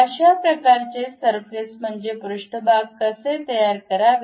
अशा प्रकारच्या सरफेस म्हणजे पृष्ठभाग कसे तयार करावे